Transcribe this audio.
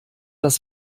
das